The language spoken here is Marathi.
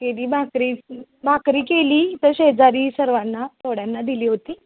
केली भाकरी भाकरी केली तर शेजारी सर्वांना थोड्यांना दिली होती